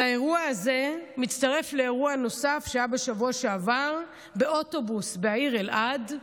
האירוע הזה מצטרף לאירוע נוסף שהיה בשבוע שעבר באוטובוס בעיר אלעד: